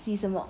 洗什么